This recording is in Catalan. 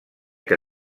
que